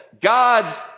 God's